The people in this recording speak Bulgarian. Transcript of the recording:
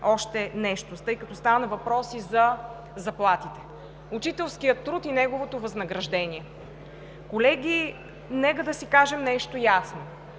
още нещо, тъй като стана въпрос и за заплатите. Учителският труд и неговото възнаграждение. Колеги, нека да си кажем нещо ясно: